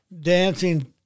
dancing